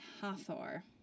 Hathor